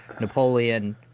Napoleon